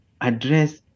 address